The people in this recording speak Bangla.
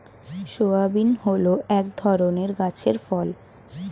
সোয়াবিন হল এক ধরনের গাছের ফল